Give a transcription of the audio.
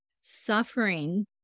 suffering